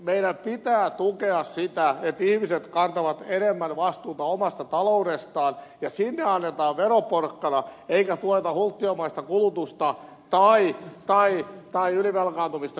meidän pitää tukea sitä että ihmiset kantavat enemmän vastuuta omasta taloudestaan ja sinne annetaan veroporkkana eikä tueta hulttiomaista kulutusta tai ylivelkaantumista